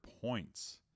points